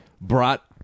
brought